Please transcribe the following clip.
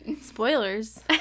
Spoilers